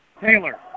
Taylor